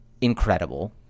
incredible